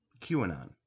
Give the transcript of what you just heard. QAnon